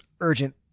urgent